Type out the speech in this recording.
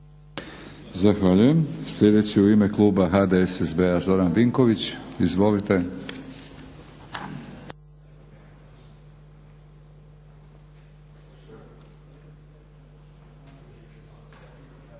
Zahvaljujem. Sljedeći u ime kluba HDSSB-a Zoran Vinković. Izvolite.